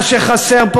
מה שחסר פה,